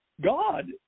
God